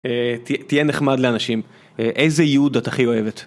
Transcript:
תהיה נחמד לאנשים, איזה ייעוד את הכי אוהבת?